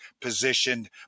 positioned